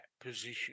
position